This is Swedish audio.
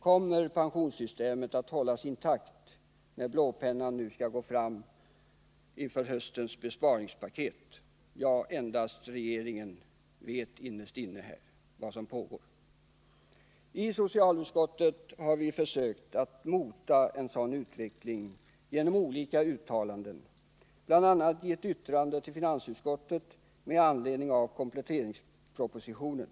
Kommer pensionssystemet att hållas intakt när man nu skall gå fram med blåpennan inför höstens besparingspaket? Ja, endast regeringen vet vad som egentligen pågår. I socialutskottet har vi försökt att mota en sådan utveckling genom att göra olika uttalanden. Vi har bl.a. avgett ett yttrande till finansutskottet med anledning av kompletteringspropositionen.